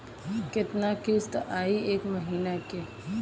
कितना किस्त आई एक महीना के?